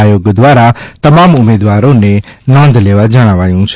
આયોગ દ્વારા તમામ ઉમેદવારો નોંધ લેવા જણાવાયું છે